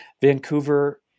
Vancouver